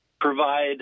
provide